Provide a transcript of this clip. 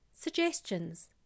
Suggestions